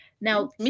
Now